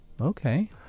Okay